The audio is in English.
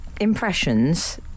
impressions